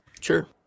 Sure